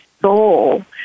soul